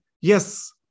yes